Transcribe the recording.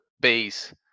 base